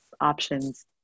options